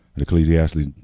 Ecclesiastes